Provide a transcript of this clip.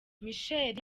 michael